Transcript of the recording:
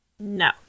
No